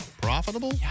profitable